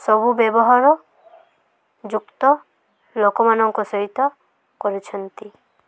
ସବୁ ବ୍ୟବହାର ଯୁକ୍ତ ଲୋକମାନଙ୍କ ସହିତ କରୁଛନ୍ତି